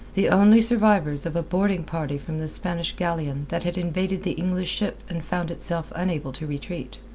the only survivors of a boarding party from the spanish galleon that had invaded the english ship and found itself unable to retreat.